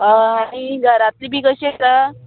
आनी घरातलीं बी कशीं आसा